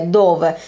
dove